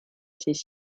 ces